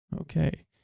Okay